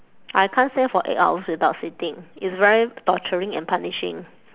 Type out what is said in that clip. I can't stand for eight hours without sitting it's very torturing and punishing